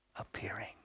appearing